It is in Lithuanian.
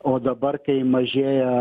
o dabar kai mažėja